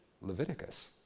Leviticus